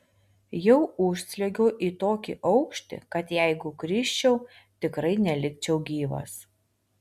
jau užsliuogiau į tokį aukštį kad jeigu krisčiau tikrai nelikčiau gyvas